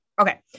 Okay